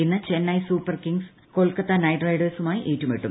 ഇന്ന് Chennai Super Kings Kolkata Knight റൈഡേഴ്സുമായി ഏറ്റുമുട്ടും